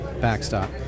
backstop